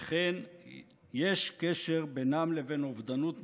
וכן יש קשר בינן לבין אובדנות מוגברת,